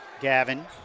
Gavin